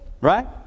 right